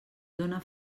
dóna